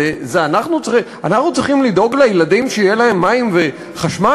זה אנחנו צריכים לדאוג לילדים שיהיה להם מים וחשמל?